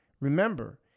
remember